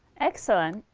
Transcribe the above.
excellent.